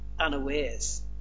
unawares